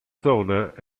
zona